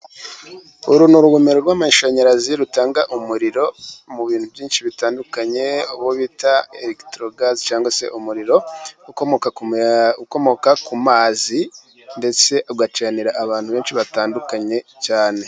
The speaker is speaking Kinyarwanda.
Uru ni urugomero rw'amashanyarazi rutanga umuriro mu bintu byinshi bitandukanye uwo bita eregitorogaze cyangwa se umuriro ukomoka ku mazi ndetse ugacanira abantu benshi batandukanye cyane.